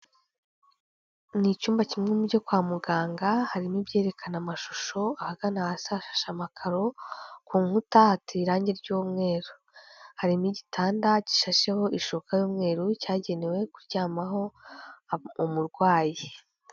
Ni icyumba kimwe mu byo kwa muganga, harimo ibyerekana amashusho, ahagana hasi hashashe amakaro, ku nkuta hateye irangi ry'umweru, hari n'igitanda gishasheho ishuka y'umweru cyagenewe kuryamaho umurwayi.